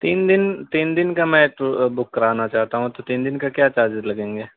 تین دن تین دن کا میں تو بک کرانا چاہتا ہوں تو تین دن کا کیا چارجز لگیں گے